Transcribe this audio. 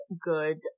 good